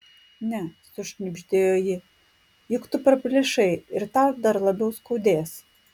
ne sušnibždėjo ji juk tu praplyšai ir tau dar labiau skaudės